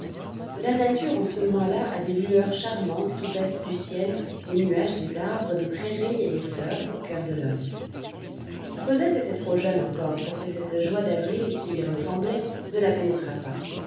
la nature en ce mois là a des lueurs charmantes qui passent du ciel des nuages des arbres des prairies et des fleurs au coeur de l'homme cosette était trop jeune encore pour que cette joie d'avril qui lui ressemblait ne la pénétrât pas